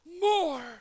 more